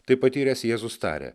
tai patyręs jėzus tarė